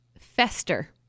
fester